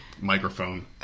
microphone